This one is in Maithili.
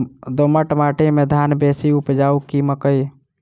दोमट माटि मे धान बेसी उपजाउ की मकई?